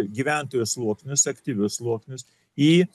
gyventojų sluoksnius aktyvius sluoksnius į